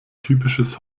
typisches